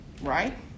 right